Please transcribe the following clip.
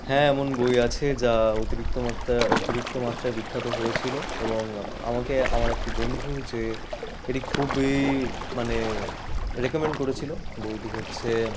হ্যাঁ এমন বই আছে যা অতিরিক্ত মাত্রায় অতিরিক্ত মাত্রায় বিখ্যাত হয়েছিল এবং আমাকে আমার একটি বন্ধু যে এটি খুবই মানে রেকমেন্ড করেছিল বইটি হচ্ছে